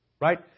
Right